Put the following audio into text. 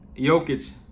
Jokic